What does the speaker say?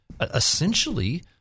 essentially